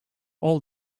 all